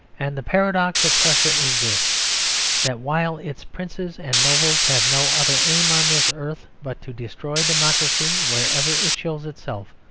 and the paradox of prussia is this that while its princes and nobles have no other aim on this earth but to destroy democracy wherever it shows itself,